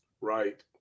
Right